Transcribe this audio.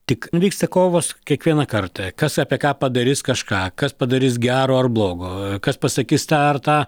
tik vyksta kovos kiekvieną kartą kas apie ką padarys kažką kas padarys gero ar blogo kas pasakys tą ar tą